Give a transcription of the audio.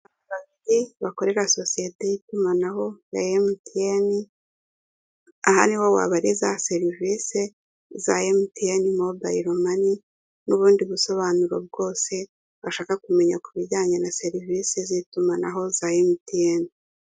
Bakorera sosiyete y'itumanaho rya MTN aha niho wabariza serivisi za MTN mobile money n'ubundi busobanuro bwose washaka kumenya ku bijyanye na serivisi z'itumanaho za MTN.